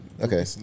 Okay